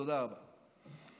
תודה רבה.